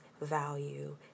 value